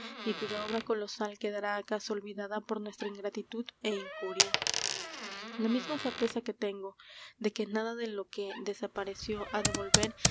y cuya obra colosal quedará acaso olvidada por nuestra ingratitud é incuria la misma certeza que tengo de que nada de lo que desapareció ha